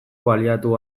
baliatu